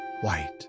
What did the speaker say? white